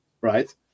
right